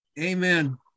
Amen